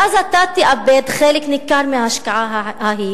ואז אתה תאבד חלק ניכר מההשקעה ההיא